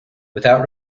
without